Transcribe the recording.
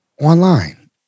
online